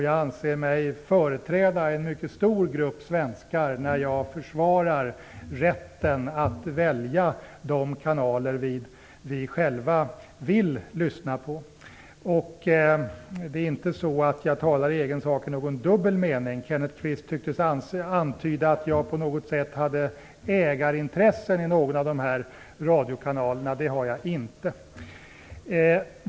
Jag anser mig företräda en mycket stor grupp svenskar när jag försvarar rätten att välja de kanaler vi själva vill lyssna på. Det är inte så att jag talar i egen sak i någon dubbel mening. Kenneth Kvist tycktes antyda att jag på något sätt hade ägarintressen i några av dessa radiokanaler. Det har jag inte.